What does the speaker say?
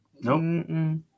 Nope